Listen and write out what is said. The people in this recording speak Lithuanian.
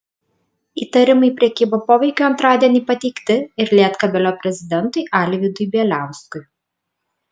įtarimai prekyba poveikiu antradienį pateikti ir lietkabelio prezidentui alvydui bieliauskui